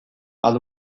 bat